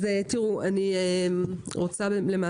אני רוצה לומר